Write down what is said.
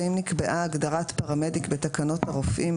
ואם נקבעה הגדרת פרמדיק בתקנות הרופאים